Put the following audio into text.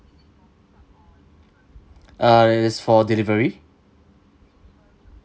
err it's for delivery